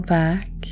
back